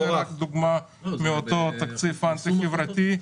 זו דוגמה מאותו תקציב אנטי-חברתי.